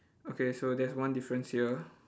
okay so there's one difference here